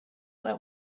that